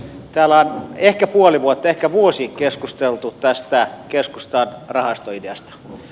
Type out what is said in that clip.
täällä on ehkä puoli vuotta ehkä vuosi keskusteltu tästä keskustan rahastoideasta